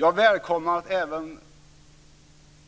Jag välkomnar att även